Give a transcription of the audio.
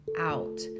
out